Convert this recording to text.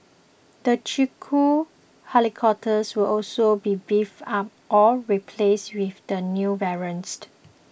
the Chinook helicopters will also be beefed up or replaced with the new variants